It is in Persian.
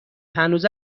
هنوز